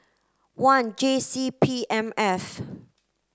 one J C P M F